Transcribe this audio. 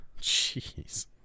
jeez